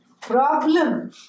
problem